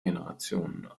generation